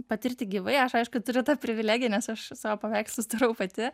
patirti gyvai aš aišku turiu tą privilegiją nes aš savo paveikslus darau pati